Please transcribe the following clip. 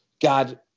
God